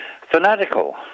fanatical